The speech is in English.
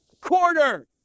quarter